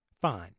fine